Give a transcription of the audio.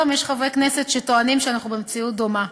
היום יש חברי כנסת שטוענים שאנחנו במציאות דומה.